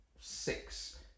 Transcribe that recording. six